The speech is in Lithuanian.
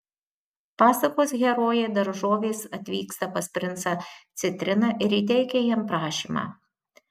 pasakos herojai daržovės atvyksta pas princą citriną ir įteikia jam prašymą